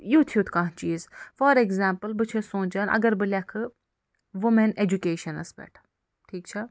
یُتھ یُتھ کانٛہہ چیٖز فار ایٚگزامپٕل بہٕ چھیٚس سونٛچان اَگر بہٕ لیٚکھہٕ وُمیٚن ایٚجوکیشَنَس پٮ۪ٹھ ٹھیٖک چھا